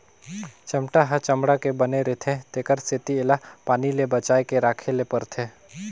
चमेटा ह चमड़ा के बने रिथे तेखर सेती एला पानी ले बचाए के राखे ले परथे